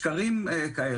ועוד שקרים כאלה,